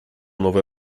nowe